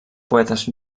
poetes